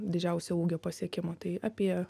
didžiausio ūgio pasiekimo tai apie